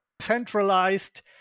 centralized